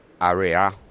area